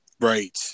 right